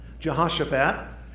Jehoshaphat